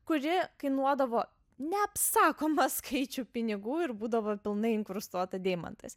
kuri kainuodavo neapsakomą skaičių pinigų ir būdavo pilnai inkrustuota deimantais